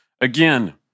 Again